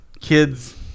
kids